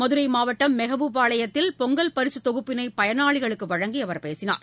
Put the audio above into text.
மதுரைமாவட்டம் மெகபூபாளையத்தில் பொங்கல் பரிசுத் தொகுப்பிளைபயளாளிகளுக்குவழங்கிஅவர் பேசினார்